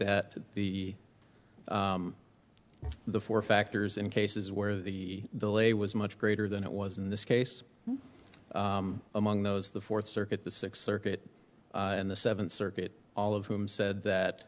at the the four factors in cases where the delay was much greater than it was in this case among those the fourth circuit the sixth circuit in the seventh circuit all of whom said that